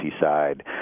side